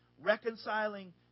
reconciling